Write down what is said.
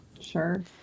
Sure